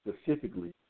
specifically